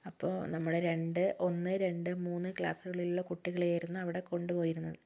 അപ്പോൾ നമ്മള് രണ്ട് ഒന്ന് രണ്ട് മൂന്ന് ക്ലാസ്സുകളിലുള്ള കുട്ടികളെ ആയിരുന്നു അവിടെ കൊണ്ടുപോയിരുന്നത്